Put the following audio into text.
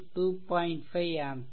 5 ampere